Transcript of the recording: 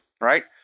right